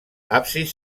absis